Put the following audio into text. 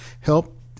help